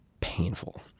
painful